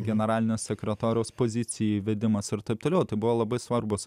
generalinio sekretoriaus pozicija įvedimas ir taip toliau tai buvo labai svarbus